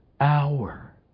hour